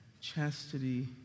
chastity